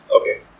okay